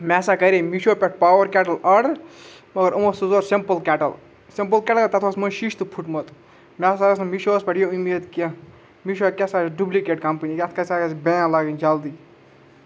مےٚ ہَسا کَرے میٖشو پٮ۪ٹھ پاوَر کٮ۪ٹٕل آرڈَر مگر یِمو سوٗز اورٕ سِمپُل کٮ۪ٹٕل سِمپُل کٮ۪ٹٕل تَتھ اوس مٔنٛزۍ شیٖشہِ تہِ پھُٹمُت مےٚ ہَسا ٲس نہٕ میٖشوس پٮ۪ٹھ یہِ اُمید کیٚنٛہہ میٖشو کیٛاہ سا آسہِ ڈُبلِکیٹ کَمپٔنی یَتھ کیٛاہ سا گژھِ بین لاگٕنۍ جلدی